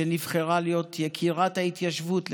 שנבחרה להיות יקירת ההתיישבות,